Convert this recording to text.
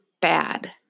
bad